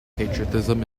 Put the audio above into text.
patriotism